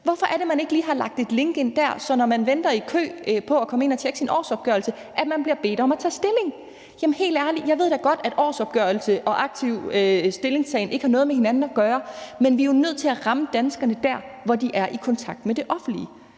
Hvorfor er det, at man ikke lige har lagt et link ind dér, sådan at man, når man venter i kø på at komme ind at tjekke sin årsopgørelse, bliver bedt om at tage stilling? Jeg ved da godt, at årsopgørelse og aktiv stillingtagen ikke har noget med hinanden at gøre, men vi er jo nødt til at ramme danskerne der, hvor de er i kontakt med det offentlige.